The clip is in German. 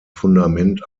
fundament